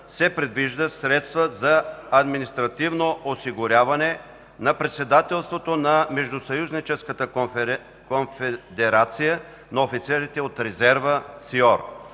се предвиждат средства за административното осигуряване на председателството на Междусъюзническата конфедерация на офицерите от резерва (СИОР)